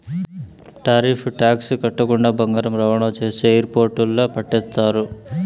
tariff tax కట్టకుండా బంగారం రవాణా చేస్తే ఎయిర్పోర్టుల్ల పట్టేస్తారు